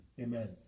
Amen